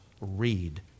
read